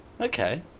Okay